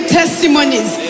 testimonies